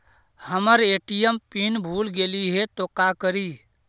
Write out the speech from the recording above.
हमर ATM PIN भूला गेली हे, तो का करि?